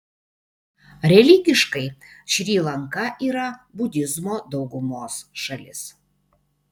religiškai šri lanka yra budizmo daugumos šalis